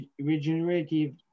regenerative